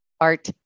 art